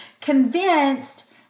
convinced